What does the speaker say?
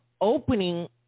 opening